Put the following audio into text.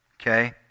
Okay